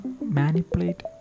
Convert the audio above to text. manipulate